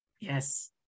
Yes